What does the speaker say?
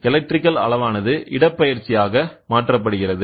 electrical அளவானது இடப்பெயர்ச்சி ஆக மாற்றப்படுகிறது